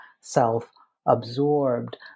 self-absorbed